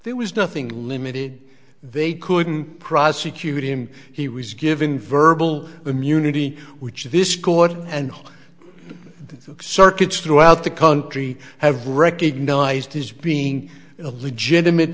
there was nothing limited they couldn't prosecute him he was giving verbal immunity which this court and circuits throughout the country have recognized as being a legitimate